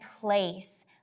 place